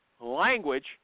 language